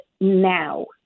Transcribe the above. now